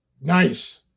Nice